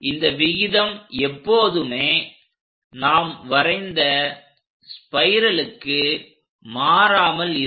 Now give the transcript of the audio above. இந்த விகிதம் எப்போதுமே நாம் வரைந்த ஸ்பைரலுக்கு மாறாமல் இருக்கும்